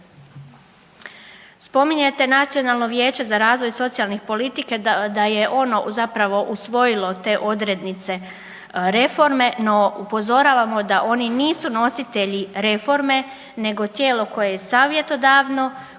Spominjete Nacionalno vijeće za razvoj socijalne politike da je ono zapravo usvojilo te odrednice reforme, no upozoravamo da oni nisu nositelji reforme nego tijelo koje je savjetodavno, koje